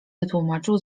wytłumaczył